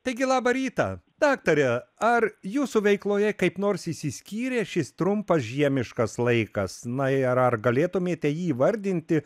taigi labą rytą daktare ar jūsų veikloje kaip nors išsiskyrė šis trumpas žiemiškas laikas na ir ar galėtumėte įvardinti